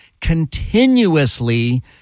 continuously